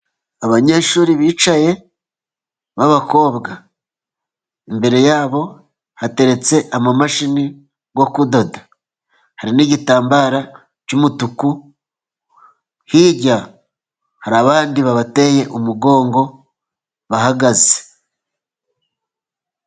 Abanyeshuri bicaye b'abakobwa, imbere yabo hateretse amamashini yo kudoda, hari n'igitambaro cy'umutuku, hirya hari abandi babateye umugongo bahagaze.